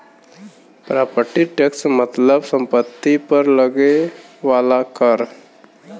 property tax मतलब सम्पति पर लगे वाला कर